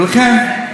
ולכן,